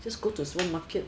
just go to supermarket